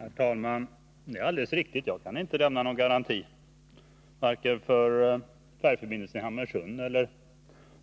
Herr talman! Det är alldeles riktigt att jag inte kan lämna någon garanti, varken för färjeförbindelsen i Hamburgsund eller